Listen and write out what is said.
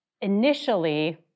initially